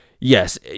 Yes